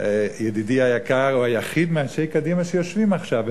ידידי היקר, הוא היחיד מאנשי קדימה שיושבים עכשיו.